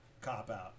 cop-out